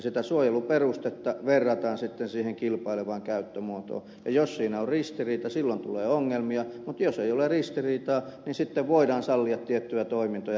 sitä suojeluperustetta verrataan sitten siihen kilpailevaan käyttömuotoon ja jos siinä on ristiriita silloin tulee ongelmia mutta jos ei ole ristiriitaa niin sitten voidaan sallia tiettyjä toimintoja natura alueella